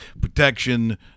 protection